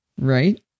Right